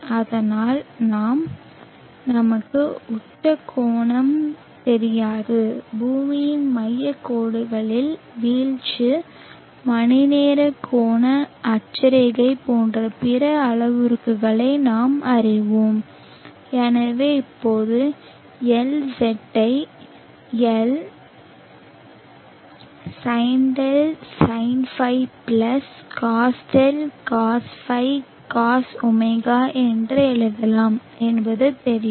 ஆனால் நமக்கு உச்ச கோணம் தெரியாது பூமியின் மையக் கோடுகளில் வீழ்ச்சி மணிநேர கோண அட்சரேகை போன்ற பிற அளவுருக்களை நாம் அறிவோம் எனவே இப்போது Lz ஐ L sinδ sinϕ cosδ cosϕ cosω என்று எழுதலாம் என்பது தெரியும்